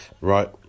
Right